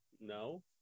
No